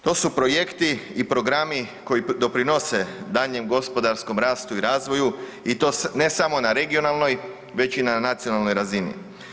To su projekti i programi koji doprinose daljnjem gospodarskom rastu i razvoju i to ne samo na regionalnoj već i na nacionalnoj razini.